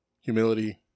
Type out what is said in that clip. humility